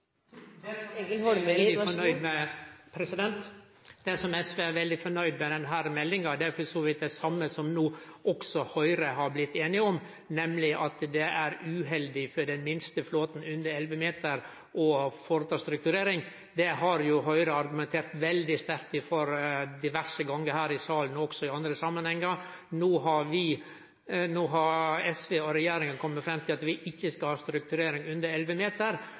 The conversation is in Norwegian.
SV er veldig fornøgd med i denne meldinga, er for så vidt det same som også Høgre har blitt einig i, nemleg at det er uheldig for den minste flåten, med fartøy som er under 11 meter, å strukturere. Det har Høgre argumentert veldig sterkt for diverse gonger her i salen, og også i andre samanhengar. Nå har SV og regjeringa kome fram til at vi ikkje skal ha strukturering under 11 meter,